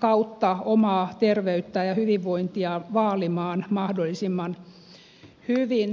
kautta omaa terveyttään ja hyvinvointiaan vaalimaan mahdollisimman hyvin